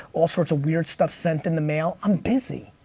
all sorts of weird stuff sent in the mail, i'm busy.